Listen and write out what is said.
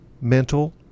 mental